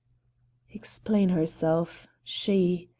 explain herself, she!